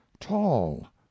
tall